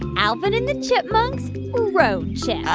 alvin and the chipmunks road chip.